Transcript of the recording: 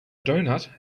doughnut